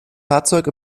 fahrzeug